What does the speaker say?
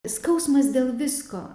skausmas dėl visko